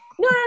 No